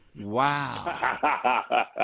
Wow